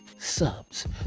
subs